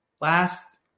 last